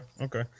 okay